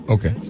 Okay